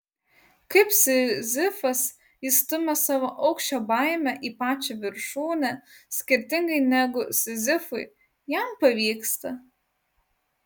kaip sizifas jis stumia savo aukščio baimę į pačią viršūnę skirtingai negu sizifui jam pavyksta